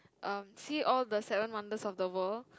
um see all the seven wonders of the world